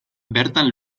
bertan